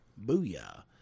booyah